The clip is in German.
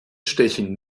stechen